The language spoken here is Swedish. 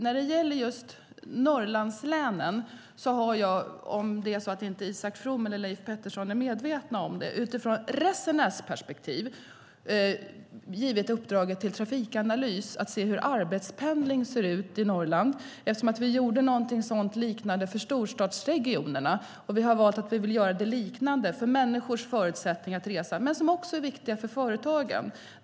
När det gäller Norrlandslänen har jag - om det är så att Isak From och Leif Pettersson inte är medvetna om det - utifrån resenärsperspektivet givit uppdraget till Trafikanalys att se hur arbetspendling ser ut i Norrland. Vi gjorde någonting liknande för storstadsregionerna. Vi vill göra något liknande om människors förutsättningar att resa, något som också är viktigt för företagen.